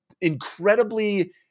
incredibly